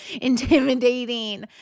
intimidating